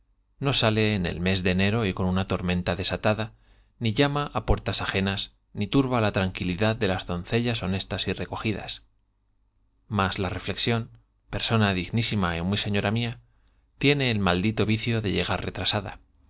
no sale en el mes de enero y con una tor menta desatada ni llama á puertas ajenas ni turba la tranquilidad de las doncellas honestas y recogidas mas la reflexión persona dignísima y muy señora mía tiene el maldito vicio de llegar retrasada